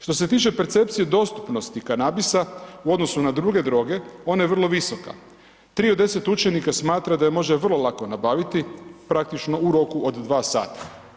Što se tiče percepcije dostupnosti kanabisa u odnosu na druge droge ona je vrlo visoka, 3 od 10 učenika smatra da je može vrlo lako nabaviti praktično u roku od 2 sata.